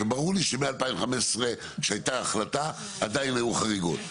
וברור לי שב- 2015 כשהייתה החלטה עדיין היו חריגות,